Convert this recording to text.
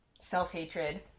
self-hatred